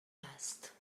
است